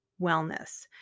wellness